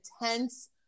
intense